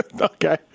Okay